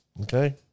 okay